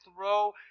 throw